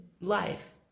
life